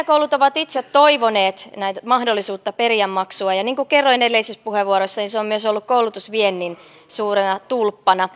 korkeakoulut ovat itse toivoneet mahdollisuutta periä maksua ja niin kuin kerroin edellisessä puheenvuorossani se on myös ollut koulutusviennin suurena tulppana